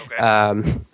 Okay